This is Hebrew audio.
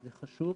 זה חשוב,